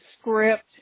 Script